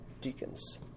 deacons